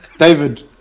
David